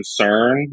concern